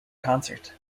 concert